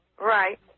Right